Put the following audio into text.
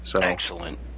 Excellent